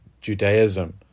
Judaism